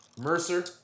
Mercer